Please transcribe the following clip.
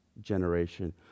generation